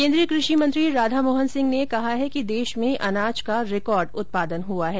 केन्द्रीय कृषि मंत्री राधामोहन सिंह ने कहा है कि देश में अनाज का रिकॉर्ड उत्पादन हुआ है